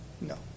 No